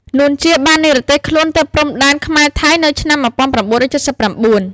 នួន ជា បាននិរទេសខ្លួនទៅព្រំដែនខ្មែរ-ថៃ នៅឆ្នាំ១៩៧៩ ។